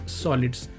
solids